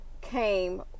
came